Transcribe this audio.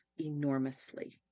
enormously